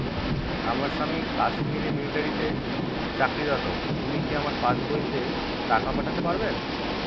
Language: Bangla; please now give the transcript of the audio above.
আমার স্বামী কাশ্মীরে মিলিটারিতে চাকুরিরত উনি কি আমার এই পাসবইতে টাকা পাঠাতে পারবেন?